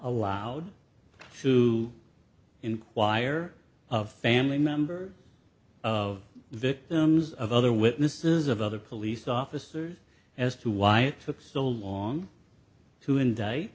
allowed to inquire of family members of victims of other witnesses of other police officers as to why it took so long to indict